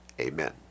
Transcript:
Amen